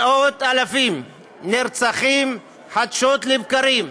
מאות אלפים נרצחים חדשות לבקרים,